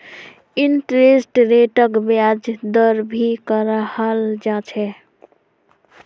interest रेटक ब्याज दर भी कहाल जा छे